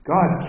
God